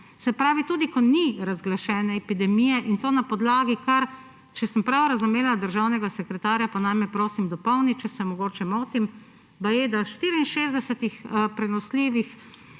se pravi, tudi ko ni razglašene epidemije, in to na podlagi kar ‒če sem prav razumela državnega sekretarja, pa naj me, prosim, dopolni, če se mogoče motim –, baje da 64 prenosljivih